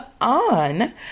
on